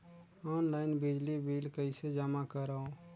Online बिजली bill कइसे जमा करव?